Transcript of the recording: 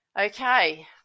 Okay